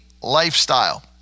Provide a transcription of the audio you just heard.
lifestyle